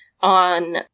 on